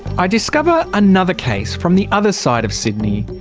i discover another case from the other side of sydney,